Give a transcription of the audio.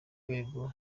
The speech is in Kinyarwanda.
rwego